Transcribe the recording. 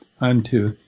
unto